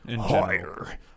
Higher